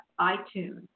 itunes